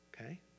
Okay